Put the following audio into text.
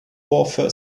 warfare